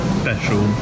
special